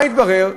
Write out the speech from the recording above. מה התברר?